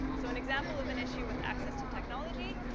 so, an example of an issue with access to technology,